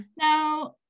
now